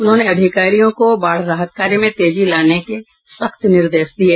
उन्होंने अधिकारियों को बाढ़ राहत कार्य में तेजी लाने के सख्त निर्देश दिये